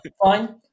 Fine